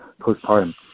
postpartum